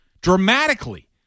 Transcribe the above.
dramatically